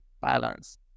balance